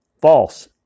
false